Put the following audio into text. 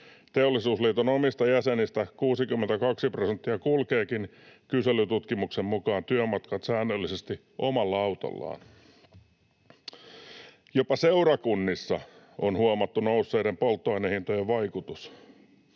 Teollisuusliiton omista jäsenistä 62 prosenttia kulkeekin kyselytutkimuksen mukaan työmatkat säännöllisesti omalla autollaan. Jopa seurakunnissa on huomattu nousseiden polttoaineiden vaikutus.